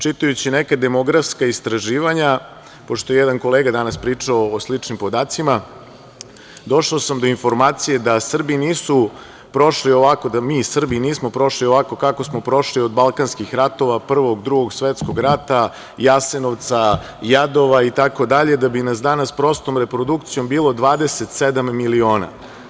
Čitajući neka demografska istraživanja, pošto je jedan kolega danas pričao o sličnim podacima, došao sam do informacije da Srbi nisu prošli ovako, da mi Srbi nismo prošli ovako kako smo prošli od Balkanskih ratova, pa do Prvog, Drugog svetskog rata, Jasenovca, Jadova i tako dalje, da bi nas danas prostom reprodukcijom bilo 27 miliona.